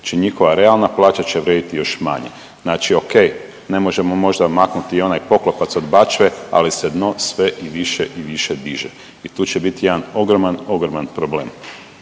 njihova realna plaća će vrijediti još manje. Znači o.k. Ne možemo možda maknuti i onaj poklopac od bačve, ali se dno sve više i više diže. I tu će biti jedan ogroman, ogroman problem.